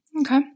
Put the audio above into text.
Okay